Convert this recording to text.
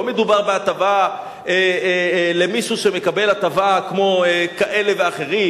לא מדובר בהטבה למישהו שמקבל הטבה כמו כאלה ואחרים,